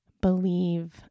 Believe